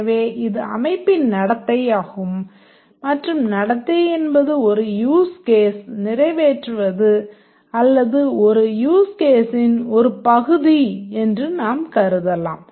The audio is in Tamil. எனவே இது அமைப்பின் நடத்தை ஆகும் மற்றும் நடத்தை என்பது ஒரு யூஸ் கேஸை நிறைவேற்றுவது அல்லது ஒரு யூஸ் கேஸின் ஒரு பகுதி என்று நாம் கருதலாம்